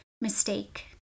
mistake